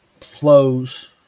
flows